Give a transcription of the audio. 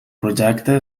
projecte